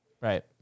Right